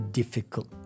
difficult